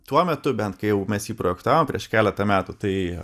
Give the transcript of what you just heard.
tuo metu bent kai jau mes jį projektavom prieš keletą metų tai